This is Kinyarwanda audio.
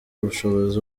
ubushobozi